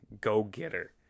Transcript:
go-getter